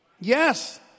Yes